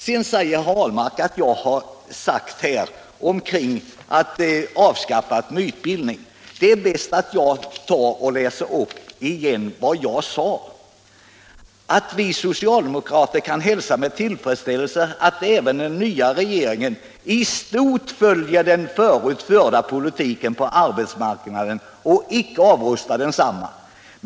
Sedan säger herr Ahlmark att jag har talat om att avskaffa mytbildning. Det är bäst att jag läser upp igen vad jag sade, nämligen att vi socialdemokrater kan hälsa med tillfredsställelse att även den nya regeringen i stort följer den förut förda arbetsmarknadspolitiken och icke avrustar densamma.